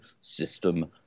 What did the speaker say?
system